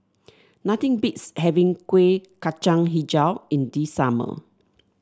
nothing beats having Kuih Kacang hijau in the summer